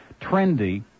trendy